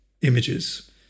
images